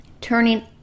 turning